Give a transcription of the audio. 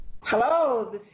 Hello